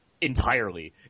entirely